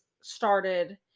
started